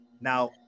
now